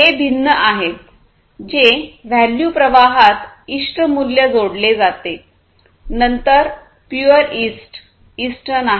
हे भिन्न आहेत जे व्हॅल्यू प्रवाहात इष्ट मूल्य जोडले जाते नंतर प्युअर वेस्ट इष्ट नाही